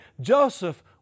Joseph